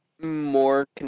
more